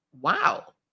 wow